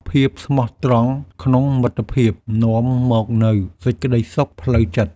ភាពស្មោះត្រង់ក្នុងមិត្តភាព នាំមកនូវសេចក្តីសុខផ្លូវចិត្ត។